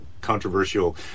controversial